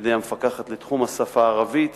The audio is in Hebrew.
על-ידי המפקחת לתחום השפה הערבית,